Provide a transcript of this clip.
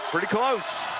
pretty close.